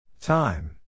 Time